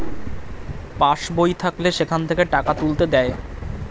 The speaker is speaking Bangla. পাস্ বই থাকলে সেখান থেকে টাকা তুলতে দেয়